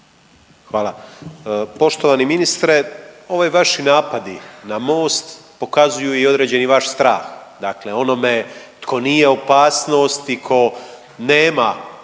Hvala. Poštovani ministre, ovi vaši napadi na MOST pokazuju i određeni vaš strah. Dakle, onome tko nije opasnost i tko nema